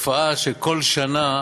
תופעה שכל שנה,